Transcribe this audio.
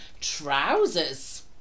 trousers